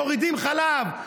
מורידים חלב,